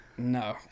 no